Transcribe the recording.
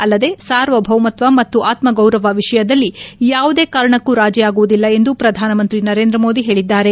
ಅಲ್ಲದೆ ಸಾರ್ವಭೌಮತ್ವ ಮತ್ತು ಆತ್ಮ ಗೌರವ ವಿಷಯದಲ್ಲಿ ಯಾವುದೇ ಕಾರಣಕ್ಕೂ ರಾಜಿಯಾಗುವುದಿಲ್ಲ ಎಂದು ಪ್ರಧಾನಮಂತ್ರಿ ನರೇಂದ್ರ ಮೋದಿ ಹೇಳಿದ್ದಾರೆ